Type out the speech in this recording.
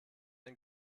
ein